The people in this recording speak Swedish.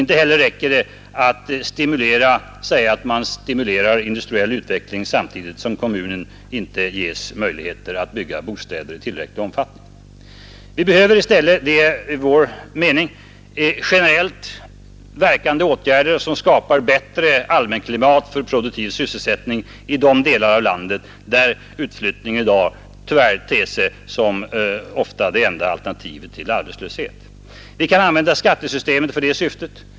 Inte heller räcker det med att säga att man stimulerar industriell utveckling, om inte kommunen samtidigt ges möjligheter att bygga bostäder i tillräcklig omfattning. Det behövs i stället enligt vår mening generellt verkande åtgärder som skapar bättre allmänklimat för produktiv sysselsättning i de delar av landet där utflyttning i dag tyvärr ofta ter sig som det enda alternativet till arbetslöshet. Vi kan använda skattesystemet för det syftet.